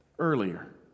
earlier